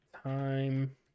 Time